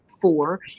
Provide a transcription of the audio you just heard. four